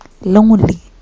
lonely